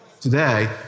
Today